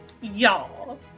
Y'all